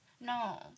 No